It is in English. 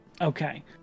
Okay